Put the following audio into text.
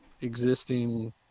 existing